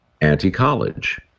anti-college